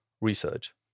research